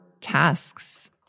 tasks